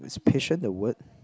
patient a word